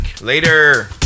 Later